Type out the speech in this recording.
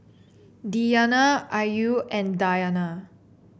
Diyana Ayu and Dayana